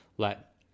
let